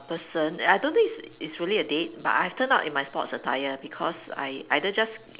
person I don't think it's it's really a date but I've turned up in my sports attire because I either just